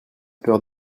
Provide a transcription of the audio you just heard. peur